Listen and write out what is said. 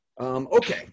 Okay